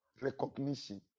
recognition